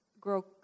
grow